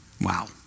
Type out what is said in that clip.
Wow